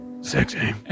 Sexy